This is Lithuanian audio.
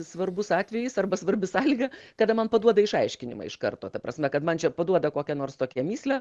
svarbus atvejis arba svarbi sąlyga kada man paduoda išaiškinimą iš karto ta prasme kad man čia paduoda kokią nors tokią mįslę